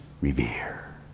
revere